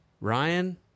Ryan